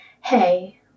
hey